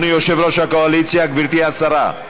אדוני יושב-ראש הקואליציה, גברתי השרה,